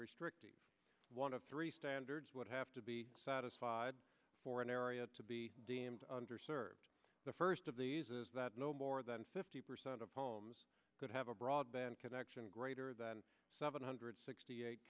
restrictive one of three standards would have to be satisfied for an area to be deemed under served the first of these is that no more than fifty percent of homes could have a broadband connection greater than seven hundred sixty eight